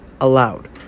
allowed